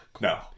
no